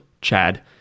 Chad